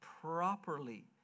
properly